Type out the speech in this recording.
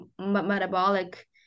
metabolic